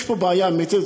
יש פה בעיה אמיתית,